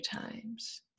times